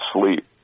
sleep